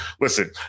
Listen